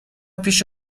پیش